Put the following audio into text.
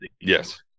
Yes